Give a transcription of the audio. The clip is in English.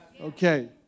Okay